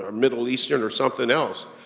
ah middle eastern or something else.